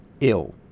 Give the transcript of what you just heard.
ill